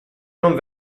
non